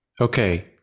Okay